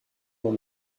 dans